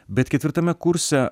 bet ketvirtame kurse